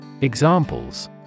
Examples